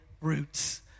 roots